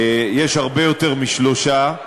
יש הרבה יותר משלושה.